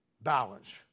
Balance